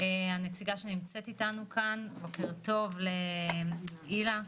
בוקר טוב לאילנה,